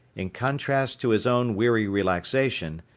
in contrast to his own weary relaxation,